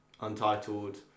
untitled